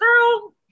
girl